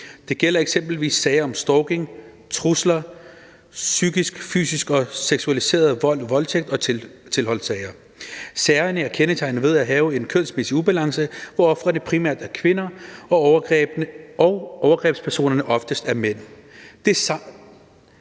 Det gælder eksempelvis sager om stalking, trusler, psykisk, fysisk og seksualiseret vold, voldtægt og tilholdssager. Sagerne er kendetegnet ved at have en kønsmæssig ubalance, hvor ofrene primært er kvinder og overgrebspersonerne oftest er mænd. Det er samtidig